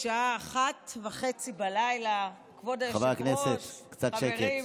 השעה 01:30. חברי הכנסת, קצת שקט.